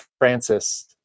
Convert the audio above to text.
Francis